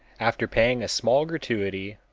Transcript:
after paying a small gratuity,